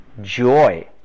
joy